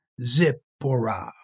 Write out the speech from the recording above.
Zipporah